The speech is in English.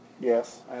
Yes